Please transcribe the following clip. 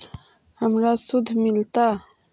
हमरा शुद्ध मिलता?